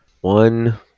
One